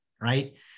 right